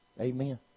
Amen